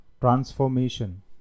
transformation